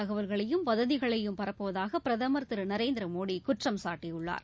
தகவல்களையும் வதந்திகளையும் பரப்புவதாக பிரதமர் திரு நரேந்திர மோடி குற்றம் சாட்டியுள்ளார்